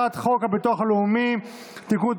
הביטוח הלאומי (תיקון,